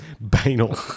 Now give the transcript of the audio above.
Banal